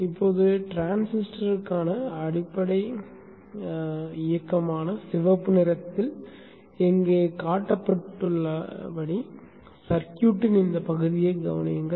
இப்போது டிரான்சிஸ்டருக்கான அடிப்படை இயக்ககமான சிவப்பு நிறத்தில் இங்கே காட்டப்பட்டுள்ள சர்க்யூட்டின் இந்தப் பகுதியைக் கவனியுங்கள்